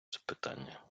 запитання